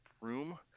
room